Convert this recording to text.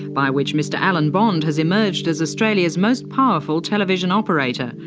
by which mr alan bond has emerged as australian's most powerful television operator.